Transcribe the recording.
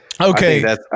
Okay